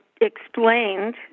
explained